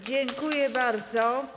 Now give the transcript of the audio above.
Dziękuję bardzo.